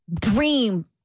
dream